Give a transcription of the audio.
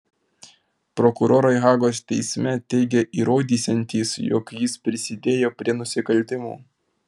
prokurorai hagos teisme teigė įrodysiantys jog jis prisidėjo prie nusikaltimų